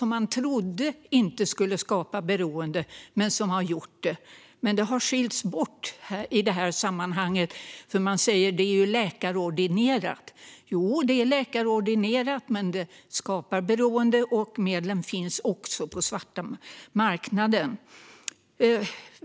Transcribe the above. Man trodde inte att de skulle skapa ett beroende, men de har gjort det. De här har dock skiljts från det här sammanhanget, för man har sagt att det är läkarordinerat. Jovisst är de det, men de skapar beroende och finns också på svarta marknaden.